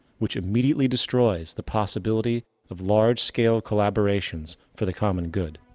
which immediately destroys the possibility of large scale collaborations for the common good.